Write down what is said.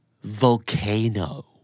Volcano